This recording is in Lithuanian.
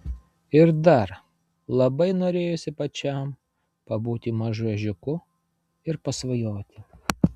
ir dar labai norėjosi pačiam pabūti mažu ežiuku ir pasvajoti